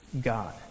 God